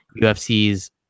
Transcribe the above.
UFCs